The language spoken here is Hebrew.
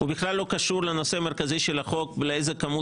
הוא בכלל לא קשור לנושא המרכזי של החוק ולאיזה כמות